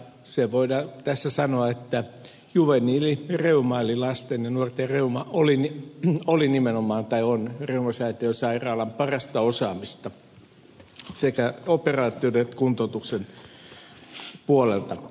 se voidaan tässä sanoa että juveniili reuma eli lasten ja nuorten reuma oli tai on nimenomaan reumasäätiön sairaalan parasta osaamista sekä operaatioiden että kuntoutuksen puolelta